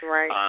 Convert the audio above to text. Right